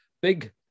Big